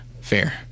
Fair